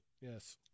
Yes